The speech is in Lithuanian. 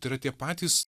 tai yra tie patys